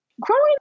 Growing